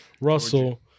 Russell